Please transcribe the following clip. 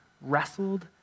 wrestled